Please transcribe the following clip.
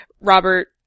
Robert